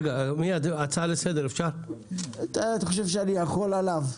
אתה חושב שאני יכול עליך?